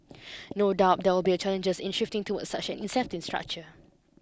no doubt there will be a challenges in shifting towards such an incentive structure